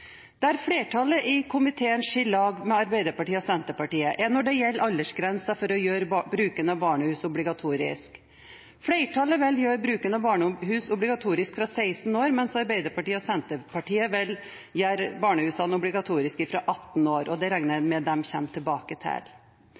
Der flertallet i komiteen skiller lag med Arbeiderpartiet og Senterpartiet, er når det gjelder aldersgrensen for å gjøre bruken av barnehus obligatorisk. Flertallet vil gjøre bruk av barnehus obligatorisk for barn under 16 år, mens Arbeiderpartiet og Senterpartiet vil gjøre bruk av barnehus obligatorisk for barn under 18 år, og det regner jeg med at de kommer tilbake til.